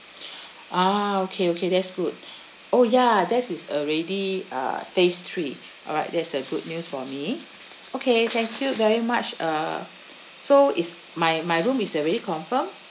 ah okay okay that's good oh ya that is already uh phase three alright that's a good news for me okay thank you very much uh so is my my room is already confirmed